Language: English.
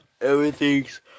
everything's